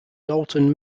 dalton